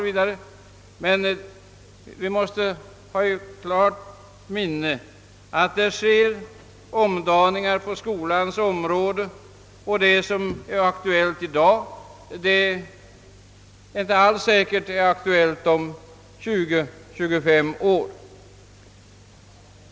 Vi måste ha klart för oss att det sker omdaningar på skolans område och att det som är aktuellt i dag kanske inte alls är det om 20—25 år.